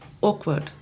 awkward